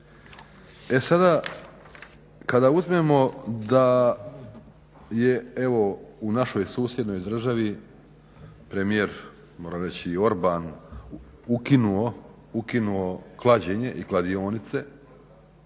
E sada, kada uzmemo da je evo u našoj susjednoj državi premijer moram reći Orban ukinuo klađenje i kladionice,